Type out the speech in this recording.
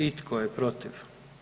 I tko je protiv?